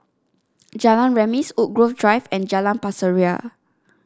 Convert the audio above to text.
Jalan Remis Woodgrove Drive and Jalan Pasir Ria